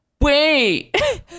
wait